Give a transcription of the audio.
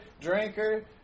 drinker